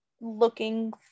looking